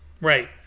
Right